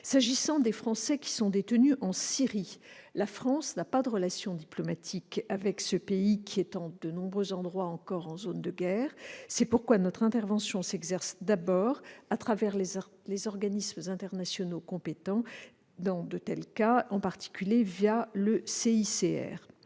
J'en viens aux Français majeurs détenus en Syrie. La France n'a pas de relations diplomatiques avec ce pays, qui est encore, en de nombreux endroits, zone de guerre. C'est pourquoi notre intervention s'exerce d'abord à travers les organismes internationaux compétents dans de tels cas, en particulier le CICR.